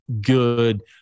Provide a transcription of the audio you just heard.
good